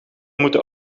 moeten